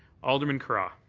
alderman carra.